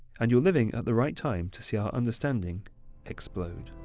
and you're living at the right time to see our understanding explode.